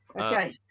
Okay